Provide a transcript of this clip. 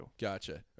Gotcha